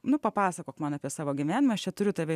nu papasakok man apie savo gyvenimą aš čia turiu tave